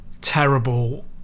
terrible